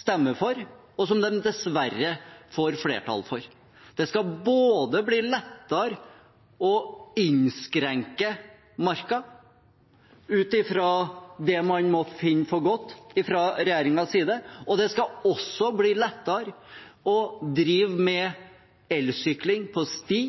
stemmer for, og som de dessverre får flertall for. Det skal bli lettere å innskrenke Marka ut fra det man måtte finne for godt fra regjeringens side, og det skal også bli lettere å drive med elsykling på sti,